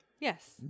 Yes